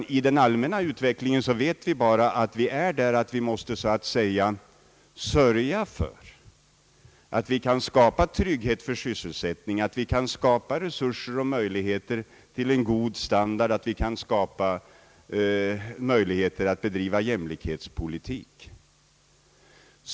Vi vet var vi befinner oss i den allmänna utvecklingen och att vi måste sörja för att vi kan skapa trygghet för sysselsättningen, att vi kan skapa resurser för en god standard, att vi kan skapa möjligheter att bedriva jämlikhetspolitik.